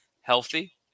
healthy